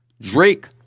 Drake